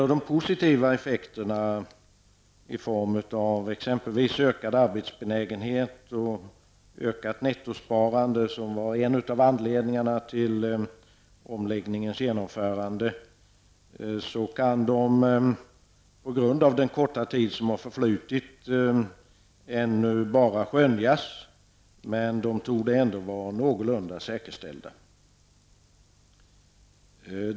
De positiva effekterna i form av t.ex. av ökad arbetsbenägenhet och ökat nettosparande, som var en av anledningarna till reformens genomförande, kan på grund av den korta tid som har förflutit ännu bara skönjas, men de torde ändå vara någorlunda säkerställda.